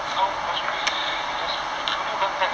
no because we only we just we only went back